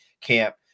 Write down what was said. camp